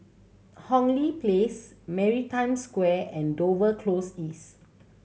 Hong Lee Place Maritime Square and Dover Close East